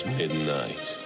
midnight